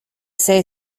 say